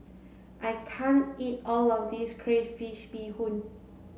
I can't eat all of this crayfish Beehoon